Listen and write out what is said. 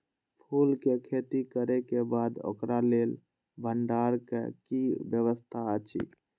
फूल के खेती करे के बाद ओकरा लेल भण्डार क कि व्यवस्था अछि?